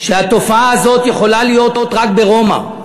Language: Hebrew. שהתופעה הזאת יכולה להיות רק ברומא,